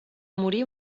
morir